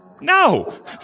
No